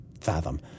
fathom